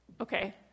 Okay